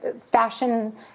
fashion